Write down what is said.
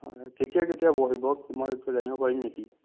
হয় হয় কেতিয়া কেতিয়া বহিব মই সেইটো জানিব পাৰিম নেকি